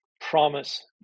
promise